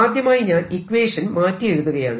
ആദ്യമായി ഞാൻ ഇക്വേഷൻ മാറ്റി എഴുതുകയാണ്